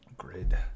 Grid